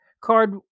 card